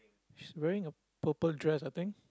she's wearing a purple dress I think